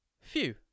Phew